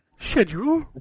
Schedule